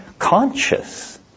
conscious